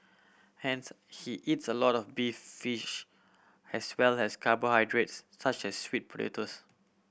hence he eats a lot of beef fish as well as carbohydrates such as sweet potatoes